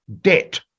debt